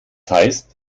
heißt